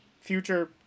future